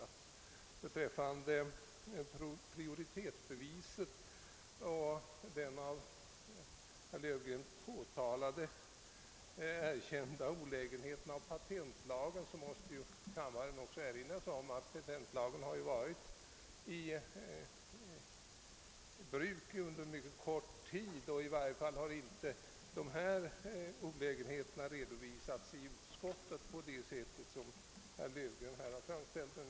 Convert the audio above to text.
Vad beträffar prioritetsbeviset och den av herr Löfgren påtalade olägenheten i patentlagen, måste kammaren erinra sig att patentlagen varit i kraft under en mycket kort tid, och i varje fall har det inte redovisats för utskottet att det förekommer någon olägenhet av det slag som herr Löfgren nämnde. Herr talman!